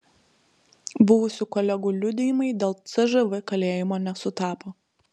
buvusių kolegų liudijimai dėl cžv kalėjimo nesutapo